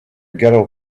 girl